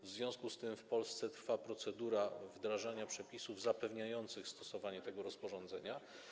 W związku z tym w Polsce trwa procedura wdrażania przepisów zapewniających stosowanie tego rozporządzenia.